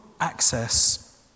access